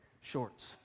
shorts